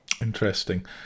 Interesting